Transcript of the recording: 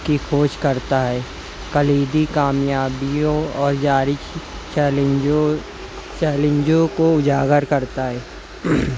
کی کھوج کرتا ہے کلیدی کامیابیوں اور جاری چیلنجوں چیلنجوں کو اجاگر کرتا ہے